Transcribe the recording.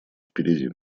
впереди